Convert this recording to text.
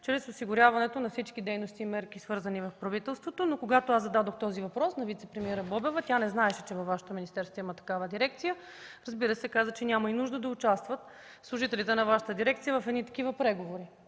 чрез осигуряването на всички дейности и мерки, свързани с правителството. Но когато зададох този въпрос на вицепремиера Бобева, тя не знаеше, че във Вашето министерство има такава дирекция. Разбира се, каза, че няма и нужда служителите на Вашата дирекция да участват в едни такива преговори.